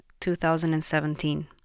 2017